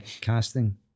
casting